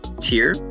tier